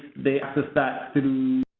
they access that through